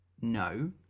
no